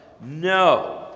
no